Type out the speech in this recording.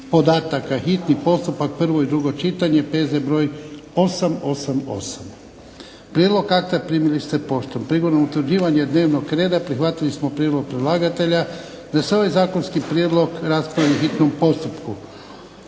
postupak, prvo i drugo čitanje, P.Z. br. 888. Prijedlog akta primili ste poštom, prigodom utvrđivanja dnevnog reda prihvatili smo prijedlog predlagatelja da se ovaj Zakonski prijedlog raspravi u hitnom postupku.